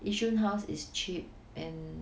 yishun house is cheap and